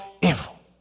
evil